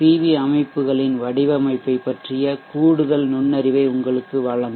we அமைப்புகளின் வடிவமைப்பைப் பற்றிய கூடுதல் நுண்ணறிவை உங்களுக்கு வழங்கும்